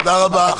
תודה רבה.